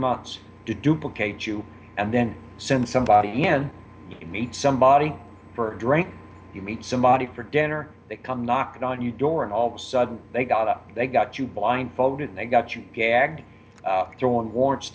months to duplicate you and then send somebody to meet somebody for a drink you meet somebody for dinner they come knocking on your door and all of a sudden they got up they got you blindfolded and they got you gagged throwing war